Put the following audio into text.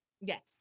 Yes